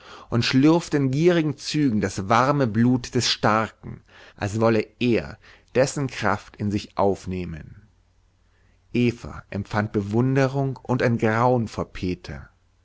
und schlürfte in gierigen zügen das warme blut des starken als wolle er dessen kraft in sich aufnehmen eva empfand bewunderung und ein grauen vor peter